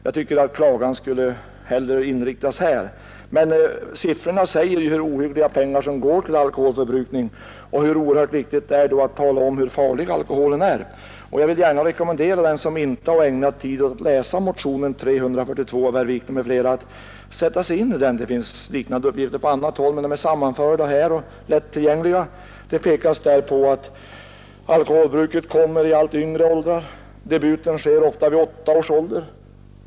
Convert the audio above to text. Jag tycker att klagan hellre skulle inriktas på detta. Siffrorna visar vilka ohyggliga belopp som går till alkoholförbrukning och hur oerhört viktigt det då är att tala om, hur farlig alkoholen är. Jag vill gärna rekommendera dem som inte har ägnat tid åt detta tidigare att läsa motionen 342 av herr Wiklund i Stockholm m.fl. och sätta sig in i den. Det finns liknande uppgifter på annat håll, men här är de sammanförda och lättillgängliga. Det pekas i motionen på att alkoholbruket börjar i allt yngre åldrar — debuten sker ofta vid åtta års ålder.